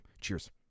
Cheers